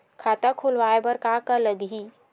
खाता खुलवाय बर का का लगही?